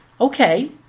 Okay